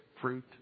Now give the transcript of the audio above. fruit